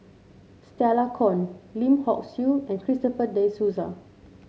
Stella Kon Lim Hock Siew and Christopher De Souza